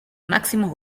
máximos